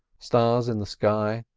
stars in the sky,